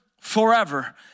forever